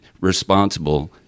responsible